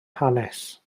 hanes